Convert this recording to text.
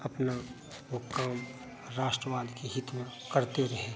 अपना वह काम राष्ट्रवाद के हित में करते रहे